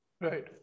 right